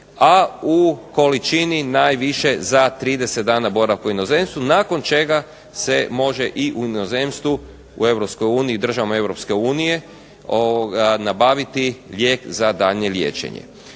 a u količini najviše za 30 dana boravka u inozemstvu nakon čega se može i u inozemstvu, u Europskoj uniji, u državama Europske unije nabaviti lijek za daljnje liječenje.